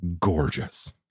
gorgeous